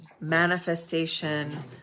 manifestation